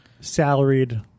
salaried –